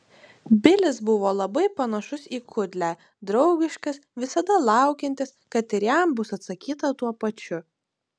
bilis buvo labai panašus į kudlę draugiškas visada laukiantis kad ir jam bus atsakyta tuo pačiu